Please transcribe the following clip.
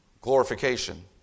glorification